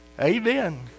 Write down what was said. Amen